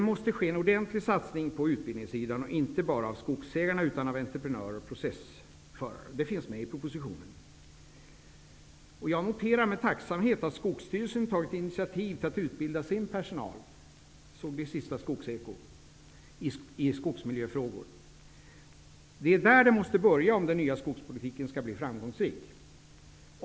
Det måste ske en ordentlig satsning på utbildning, inte bara av skogsägarna, utan även av entreprenörer och processförare. Det finns med i propositionen. Jag såg i senaste numret av Skogseko att -- och noterar med tacksamhet -- Skogsstyrelsen tagit initiativ till att utbilda sin personal i skogsmiljöfrågor. Det är där det måste börja om den nya skogspolitiken skall bli framgångsrik.